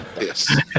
Yes